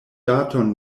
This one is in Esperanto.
daton